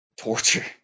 Torture